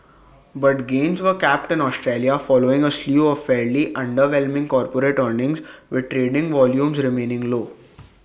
but gains were capped in Australia following A slew of fairly underwhelming corporate earnings with trading volumes remaining low